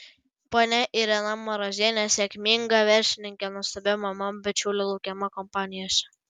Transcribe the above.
ponia irena marozienė sėkminga verslininkė nuostabi mama bičiulių laukiama kompanijose